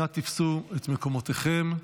אנא תפסו את מקומותיכם.